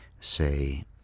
say